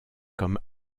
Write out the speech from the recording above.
comme